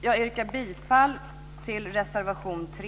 Jag yrkar bifall till reservation 3.